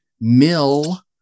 mill